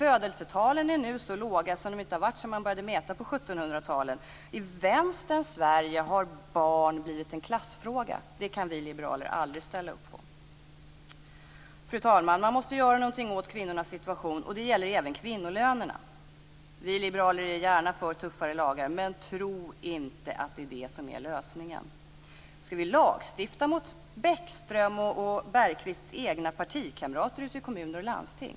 Födelsetalen är nu så låga som de inte har varit sedan man började att mäta dem på 1700-talet. I vänsterns Sverige har barn blivit en klassfråga. Det kan vi liberaler aldrig ställa upp på. Fru talman! Man måste göra någonting åt kvinnornas situation, och det gäller även kvinnolönerna. Ska vi lagstifta mot Bäckströms och Bergqvists egna partikamrater ute i kommuner och landsting?